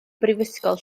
brifysgol